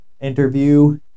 interview